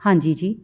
ਹਾਂਜੀ ਜੀ